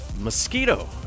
Mosquito